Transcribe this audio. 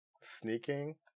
Sneaking